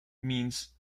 means